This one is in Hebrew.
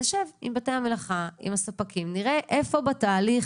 נשב עם בתי המלאכה ועם הספקים ונראה איפה בתהליך